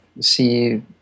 see